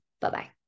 Bye-bye